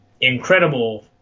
incredible